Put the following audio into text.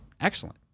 excellent